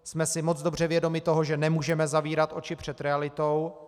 Jsme si moc dobře vědomi toho, že nemůžeme zavírat oči před realitou.